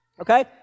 Okay